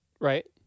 Right